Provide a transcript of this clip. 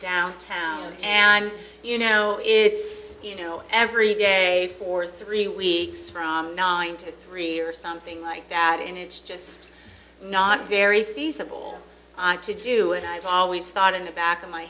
downtown and you know it's you know every day for three weeks from nine to three or something like that and it's just not very feasible to do it i've always thought in the back of my